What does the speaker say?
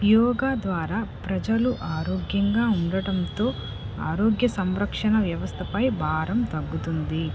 యోగా ద్వారా ప్రజలు ఆరోగ్యంగా ఉండటంతో ఆరోగ్య సంరక్షణ వ్యవస్థపై భారం తగ్గుతుంది